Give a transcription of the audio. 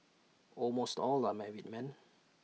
almost all are married men